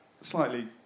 slightly